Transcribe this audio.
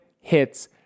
hits